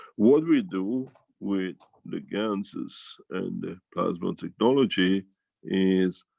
what we do with the ganses and the plasma technology is.